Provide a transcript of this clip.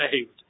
saved